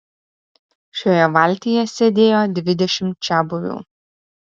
šioje valtyje sėdėjo dvidešimt čiabuvių